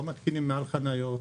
לא מתקינים מעל חניות,